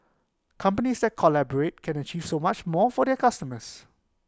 companies that collaborate can achieve so much more for their customers